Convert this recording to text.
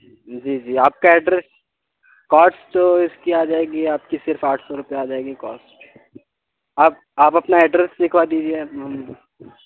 جی جی آپ کا ایڈریس کوسٹ اس کی آ جائے گی آپ کی صرف آٹھ سو روپئے آ جائے گی کوسٹ اب آپ اپنا ایڈریس لکھوا دیجیے میم